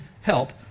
help